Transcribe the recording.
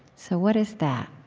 so what is that?